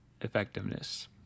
effectiveness